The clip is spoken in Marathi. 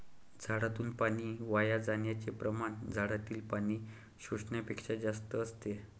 झाडातून पाणी वाया जाण्याचे प्रमाण झाडातील पाणी शोषण्यापेक्षा जास्त असते